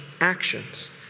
actions